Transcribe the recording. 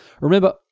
Remember